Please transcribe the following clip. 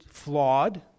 flawed